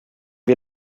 wir